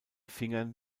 finger